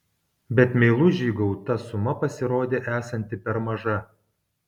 bet meilužiui gauta suma pasirodė esanti per maža